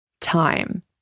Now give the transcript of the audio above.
time